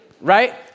right